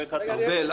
ארבל,